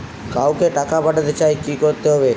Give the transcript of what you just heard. কাউকে টাকা পাঠাতে চাই কি করতে হবে?